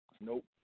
Nope